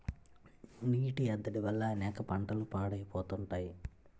నీటి ఎద్దడి వల్ల అనేక పంటలు పాడైపోతా ఉంటాయి